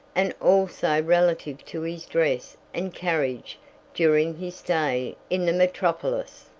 and also relative to his dress and carriage during his stay in the metropolis.